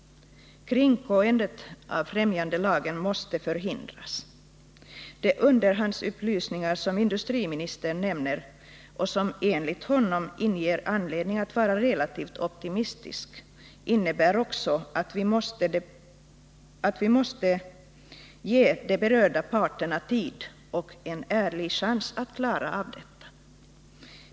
Kringgåendet av främjandelagen måste förhindras. De underhandsupplysningar som industriministern nämner och som enligt honom gör att man har anledning att vara relativt optimistisk innebär också att vi måste ge de berörda parterna tid och en ärlig chans att klara detta.